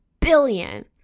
billion